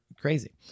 Crazy